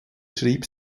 schrieb